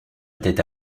était